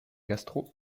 gastro